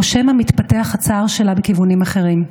או שמא מתפתח הצער שלה בכיוונים אחרים?